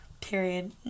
period